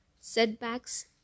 Setbacks